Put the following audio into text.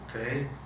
okay